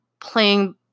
playing